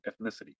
ethnicity